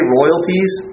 royalties